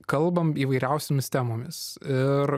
kalbam įvairiausiomis temomis ir